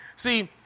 See